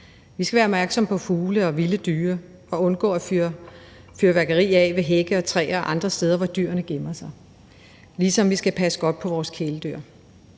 Vi skal være opmærksomme på fugle og vilde dyr og undgå at fyre fyrværkeri af ved hække og træer og andre steder, hvor dyrene gemmer sig, ligesom vi skal passe godt på vores kæledyr.